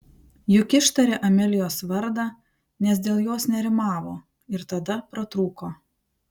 juk ištarė amelijos vardą nes dėl jos nerimavo ir tada pratrūko